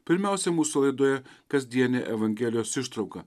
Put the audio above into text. pirmiausia mūsų laidoje kasdienė evangelijos ištrauka